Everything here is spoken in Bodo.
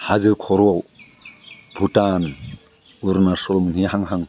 हाजो खर'आव भुटान अरुणाचल मोनहैहांहां